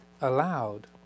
allowed